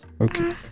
Okay